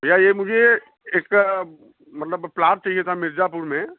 भैया ये मुझे एक मतलब प्लाॅट चाहिए था मिर्ज़ापुर में